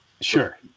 Sure